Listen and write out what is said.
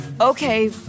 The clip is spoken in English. Okay